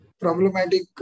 problematic